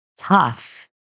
tough